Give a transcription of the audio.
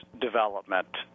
development